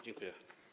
Dziękuję.